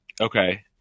Okay